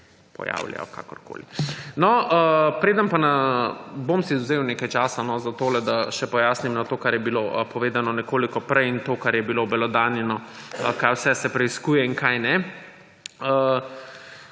pojavljajo, kakorkoli. No, preden pa … Bom si vzel nekaj časa za tole, da še pojasnim to, kar je bilo povedano nekoliko prej, in to, kar je bilo obelodanjeno, kaj vse se preiskuje in kaj ne.